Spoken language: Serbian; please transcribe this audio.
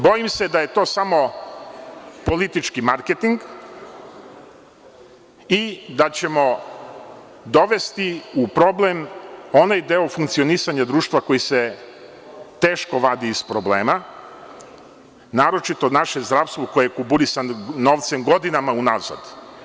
Bojim se da je to samo politički marketing i da ćemo dovesti u problem onaj deo funkcionisanja društva koji se teško vadi iz problema, naročito naše zdravstvo, koje kuburi sa novcem godinama unazad.